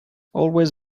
always